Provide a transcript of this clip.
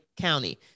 County